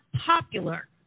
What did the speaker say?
popular